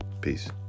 peace